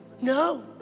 No